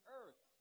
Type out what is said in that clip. earth